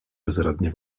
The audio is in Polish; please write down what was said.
bezradnie